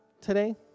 today